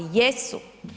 Jesu.